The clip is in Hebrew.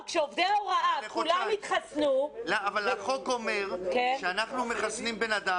כשעובדי ההוראה כולם יתחסנו --- אבל החוק אומר שאנחנו מחסנים בן אדם,